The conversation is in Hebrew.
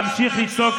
אתה תמשיך לצעוק,